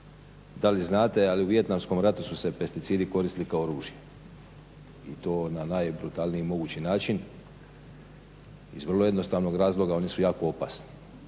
da li znate ali u vijetnamskom ratu su se pesticidi koristili kao oružje i to na najbrutalniji mogući način iz vrlo jednostavnog razloga oni su jako opasni